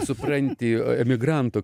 supranti emigranto